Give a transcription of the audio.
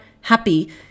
happy